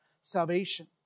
salvation